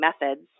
methods